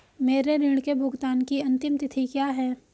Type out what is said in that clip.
मेरे ऋण के भुगतान की अंतिम तिथि क्या है?